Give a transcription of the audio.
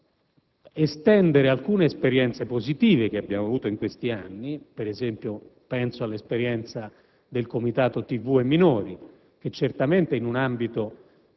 per estendere alcune esperienze positive che abbiamo fatto in questi anni, penso ad esempio all'esperienza del Comitato "TV e minori" che, in un ambito